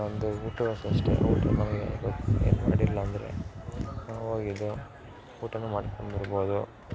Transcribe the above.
ಇನ್ನೊಂದು ಊಟವನ್ನು ಅಷ್ಟೇ ಏನು ಮಾಡಿಲ್ಲ ಅಂದರೆ ನಾವು ಹೋಗ್ ಇದು ಊಟ ಮಾಡ್ಕೊಂಡು ಬರ್ಬೌದು